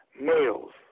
males